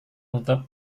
untuk